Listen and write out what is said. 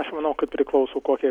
aš manau kad priklauso kokia